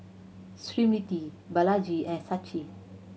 Smriti Balaji and Sachin